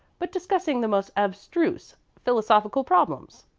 but discussing the most abstruse philosophical problems.